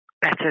better